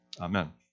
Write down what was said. Amen